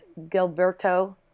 Gilberto